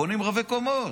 בונים רבי-קומות.